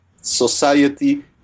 society